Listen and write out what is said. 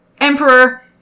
emperor